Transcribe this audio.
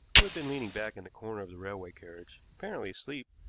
who had been leaning back in the corner of the railway carriage apparently asleep,